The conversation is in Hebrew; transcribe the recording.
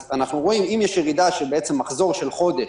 ולכן במקביל אם אנחנו רואים שיש ירידה של מחזור של חודש,